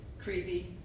crazy